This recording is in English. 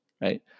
right